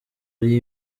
ari